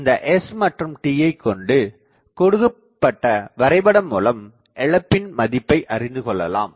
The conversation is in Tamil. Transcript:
இந்த s மற்றும் tயை கொண்டு கொடுக்கப்பட்ட வரைபடம் மூலம் இழப்பின் மதிப்பை அறிந்துகொள்ளலாம்